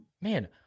man